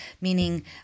meaning